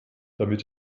damit